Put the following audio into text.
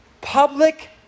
public